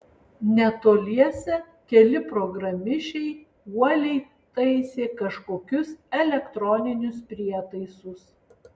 netoliese keli programišiai uoliai taisė kažkokius elektroninius prietaisus